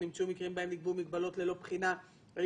נמצאו מקרים שבהם נקבעו מגבלות ללא בחינה אם